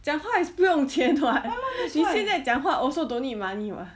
讲话 is 不用钱 [what] 你现在讲话 also don't need money [what]